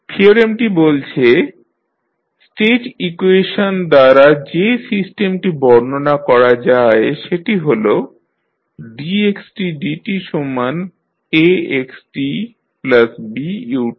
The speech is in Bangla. থিওরেমটি বলছে স্টেট ইকুয়েশন দ্বারা যে সিস্টেমটি বর্ণনা করা যায় সেটি হল dxdtAxtBut